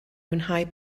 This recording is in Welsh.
mwynhau